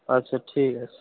আচ্ছা ঠিক আছে